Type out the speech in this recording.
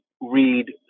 read